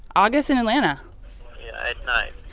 august in atlanta yeah, at night.